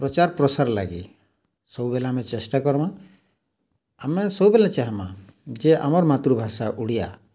ପ୍ରଚାର୍ ପ୍ରସାର୍ ଲାଗି ସବୁବେଲେ ଆମେ ଚେଷ୍ଟା କର୍ମା ଆମେ ସବୁବେଲେ ଚାହେଁମା ଯେ ଆମର୍ ମାତୃଭାଷା ଓଡ଼ିଆ